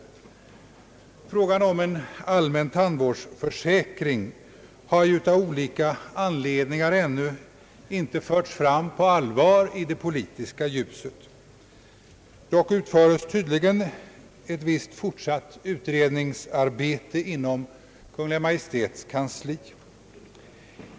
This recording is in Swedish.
Frågan om en allmän tandvårdsförsäkring har av olika anledningar ännu inte på allvar förts fram i det politiska ljuset. Dock utföres tydligen ett visst fortsatt utredningsarbete inom Kungl. Maj:ts kansli.